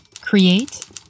create